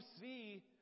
see